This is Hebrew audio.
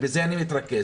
ובזה אני מתרכז,